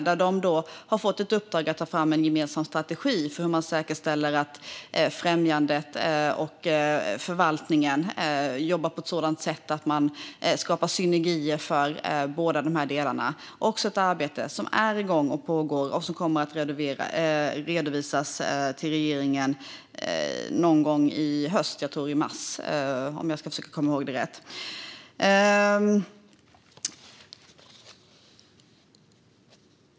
De har fått ett uppdrag att ta fram en gemensam strategi för hur man säkerställer att främjandet och förvaltningen jobbar på ett sådant sätt att man skapar synergier för båda de här delarna. Det är ett arbete som är igång och pågår och som kommer att redovisas till regeringen i mars, om jag kommer ihåg rätt.